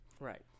right